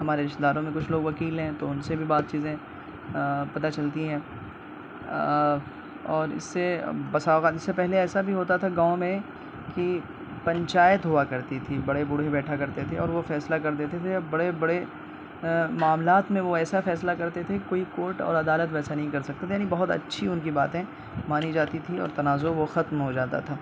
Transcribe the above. ہمارے رشتےداروں میں کچھ لوگ وکیل ہیں تو ان سے بھی بعض چیزیں پتہ چلتی ہیں اور اس سے بسا اوقات اس سے پہلے ایسا بھی ہوتا تھا گاؤں میں کہ پنچایت ہوا کرتی تھی بڑے بوڑھے بیٹھا کرتے تھے اور وہ فیصلہ کر دیتے تھے بڑے بڑے معاملات میں وہ ایسا فیصلہ کرتے تھے کوئی کورٹ اور عدالت ویسا نہیں کر سکتا تھا یعنی بہت اچھی ان کی باتیں مانی جاتی تھی اور تنازع وہ ختم ہو جاتا تھا